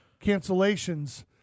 cancellations